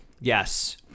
Yes